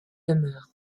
demeure